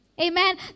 Amen